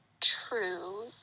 true